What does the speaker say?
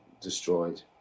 destroyed